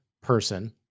person